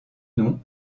nom